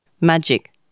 Magic